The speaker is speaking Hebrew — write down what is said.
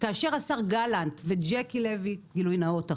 כאשר השר גלנט וז'קי לוי גילוי נאות אחי,